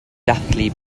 dathlu